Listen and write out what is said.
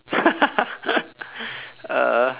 uh